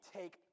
take